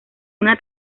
una